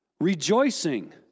rejoicing